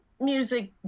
Music